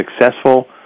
successful